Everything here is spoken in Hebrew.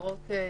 עם